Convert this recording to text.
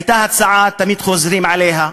הייתה הצעה, תמיד חוזרים עליה.